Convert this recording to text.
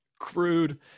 crude